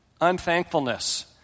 unthankfulness